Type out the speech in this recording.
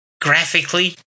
graphically